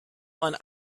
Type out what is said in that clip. man